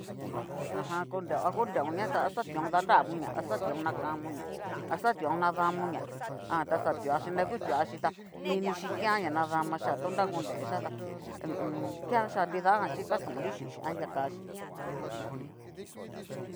Ajan koreon a konreonña ta xa tuaon danravonña a xatuaon nakamonña, a xatuaon nadamonña, jan ta xatuachí na ku tuaxhi ta minichí kean ña nadamaxía, tu ña korexhia tá ho o on keaxhia nidajan chí kastonrí xhínxhi anria kaxí u jum.